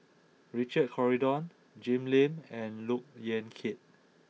Richard Corridon Jim Lim and Look Yan Kit